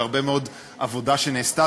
והרבה מאוד עבודה נעשתה.